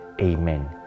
Amen